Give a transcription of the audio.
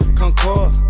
concord